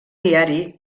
diari